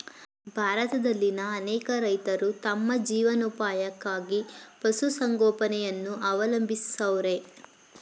ಭಾರತದಲ್ಲಿನ್ ಅನೇಕ ರೈತ್ರು ತಮ್ ಜೀವನೋಪಾಯಕ್ಕಾಗಿ ಪಶುಸಂಗೋಪನೆಯನ್ನ ಅವಲಂಬಿಸವ್ರೆ